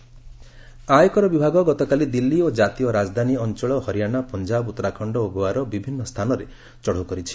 IT raid ଆୟକର ବିଭାଗ ଗତକାଲି ଦିଲ୍ଲୀ ଓ କାତୀୟ ରାଜଧାନୀ ଅଞ୍ଚଳ ହରିଆଣା ପଞ୍ଜାବ ଉତ୍ତରାଖଣ୍ଡ ଓ ଗୋଆର ବିଭିନ୍ନ ସ୍ଥାନରେ ଚଢ଼ଉ କରିଛି